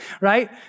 right